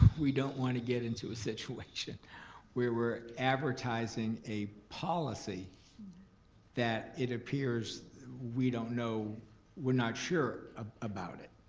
we don't want to get into a situation where we're advertising a policy that it appears we don't know we're not sure ah about it.